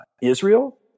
Israel